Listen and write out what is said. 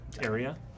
area